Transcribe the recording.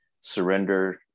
surrender